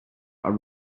are